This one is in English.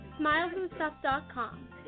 smilesandstuff.com